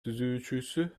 түзүүчүсү